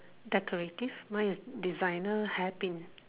decorative mine is designer hair pin